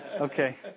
okay